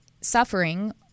suffering